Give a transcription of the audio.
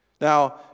Now